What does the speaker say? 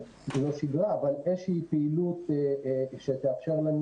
לא שגרה אבל איזושהי פעילות שתאפשר לנו